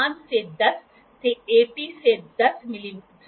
तो यह कुछ इस तरह है आपके पास एक बबल है ठीक है और आपके पास ग्रेजुएशनस हैं